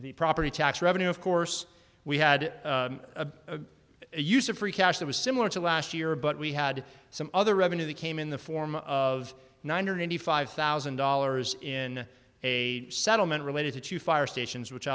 the property tax revenue of course we had a a use of free cash that was similar to last year but we had some other revenue the came in the form of nine hundred ninety five thousand dollars in a settlement related to fire stations which